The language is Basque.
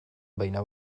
baina